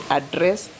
address